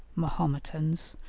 mahometans,